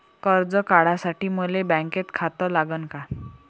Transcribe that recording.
कर्ज काढासाठी मले बँकेत खातं लागन का?